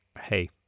hey